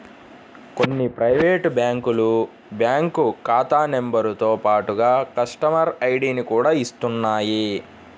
కొన్ని ప్రైవేటు బ్యాంకులు బ్యాంకు ఖాతా నెంబరుతో పాటుగా కస్టమర్ ఐడిని కూడా ఇస్తున్నాయి